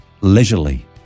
leisurely